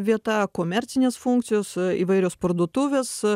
vieta komercinės funkcijos įvairios parduotuvės